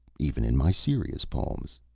even in my serious poems.